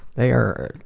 they are,